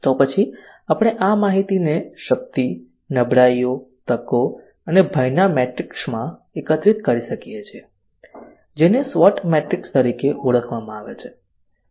તો પછી આપણે આ માહિતીને શક્તિ નબળાઈઓ તકો અને ભયના મેટ્રિક્સમાં એકત્રિત કરી શકીએ છીએ જેને SWOT મેટ્રિક્સ તરીકે ઓળખવામાં આવે છે